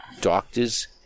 doctors